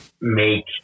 make